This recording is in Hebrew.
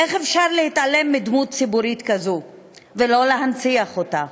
איך אפשר להתעלם מדמות ציבורית כזאת ולא להנציח אותה?